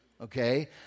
Okay